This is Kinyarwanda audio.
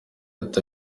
ati